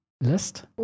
list